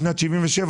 בשנת 1977,